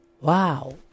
Wow